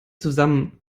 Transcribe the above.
zusammen